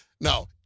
No